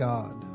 God